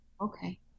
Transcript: Okay